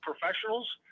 professionals